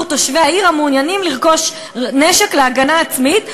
תושבי העיר המעוניינים לרכוש נשק להגנה עצמית.